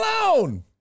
alone